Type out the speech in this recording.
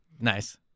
Nice